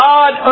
God